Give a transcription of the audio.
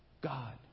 God